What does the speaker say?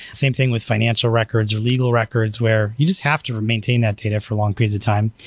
same thing with financial records or legal records where you just have to maintain that data for long periods of time.